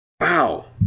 Wow